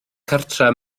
cartref